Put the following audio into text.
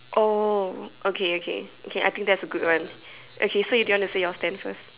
oh okay okay okay I think that's a good one okay so do you want to say your stand first